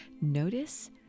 Notice